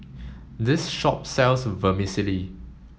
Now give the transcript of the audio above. this shop sells Vermicelli